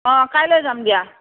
অঁ কাইলৈ যাম দিয়া